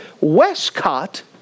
Westcott